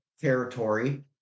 territory